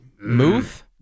move